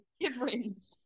difference